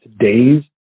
today's